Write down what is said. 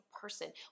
person